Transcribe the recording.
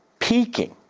peaking.